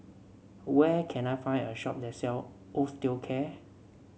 where can I find a shop that sells Osteocare